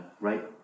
Right